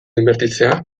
inbertitzea